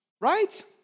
Right